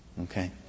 Okay